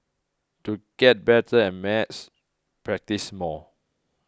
to get better at maths practise more